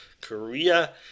Korea